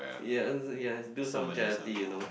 yes you must do some charity you know